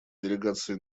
делегация